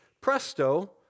presto